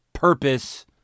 purpose